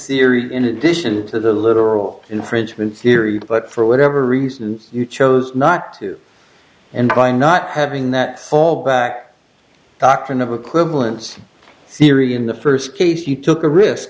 theory in addition to the literal infringement theory but for whatever reasons you chose not to and by not having that all back doctrine of a quibble and sciri in the first case you took a risk